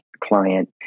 client